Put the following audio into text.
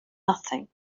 nothing